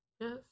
Yes